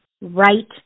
right